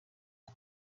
aux